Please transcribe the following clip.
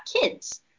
kids